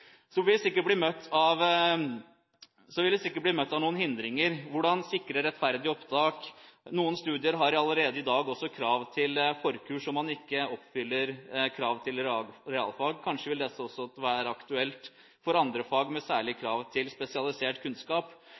Så vil det sikkert bli møtt av noen hindringer: hvordan sikre rettferdig opptak? Noen studier har allerede i dag også krav til forkurs om man ikke oppfyller krav til realfag. Kanskje vil dette også være aktuelt for andre fag med særlige krav til spesialisert kunnskap.